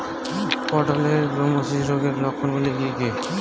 পটলের গ্যামোসিস রোগের লক্ষণগুলি কী কী?